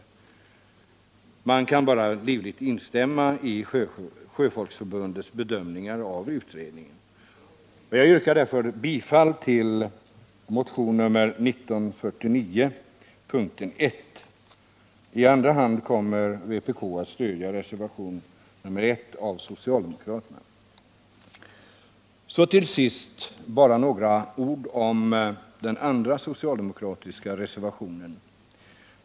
Man kan bara livligt instämma i sjöfolkets bedömning av utredningen. Jag yrkar bifall till motionen 1949, yrkandet 1. I andra hand kommer vi att stödja reservationen 1 av socialdemokraterna. Så till sist bara några ord om den andra socialdemokratiska reservationen.